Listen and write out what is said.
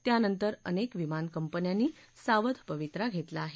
त्यानंतर अनेक विमान कंपन्यांनी सावध पवित्रा घेतला आहे